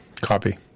Copy